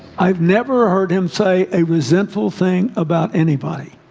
i've never heard him say a resentful thing about anybody.